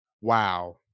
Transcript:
Wow